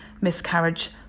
miscarriage